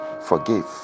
forgive